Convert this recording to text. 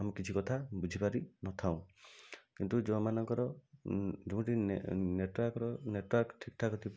ଆଉ କିଛି କଥା ବୁଝିପାରିନଥାଉ କିନ୍ତୁ ଯେଉଁମାନଙ୍କର ନେଟୱାର୍କର ନେଟୱାର୍କ ଠିକ ଠାକ ଥିବ